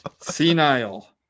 senile